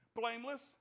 blameless